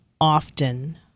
often